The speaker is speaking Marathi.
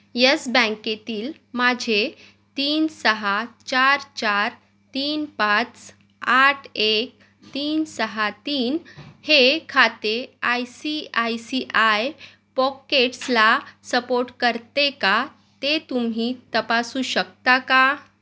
येस बँकेतील माझे तीन सहा चार चार तीन पाच आठ एक तीन सहा तीन हे खाते I C I C I पॉकेट्सला सपोर्ट करते का ते तुम्ही तपासू शकता का